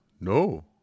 No